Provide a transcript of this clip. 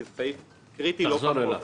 כי זה סעיף קריטי לא פחות.